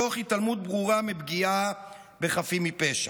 תוך התעלמות ברורה מפגיעה בחפים מפשע.